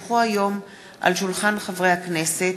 כי הונחו היום על שולחן הכנסת,